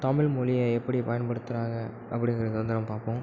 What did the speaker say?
தமிழ்மொழியை எப்படி பயன்படுத்துறாங்க அப்பிடிங்குறதை வந்து நம்ம பார்ப்போம்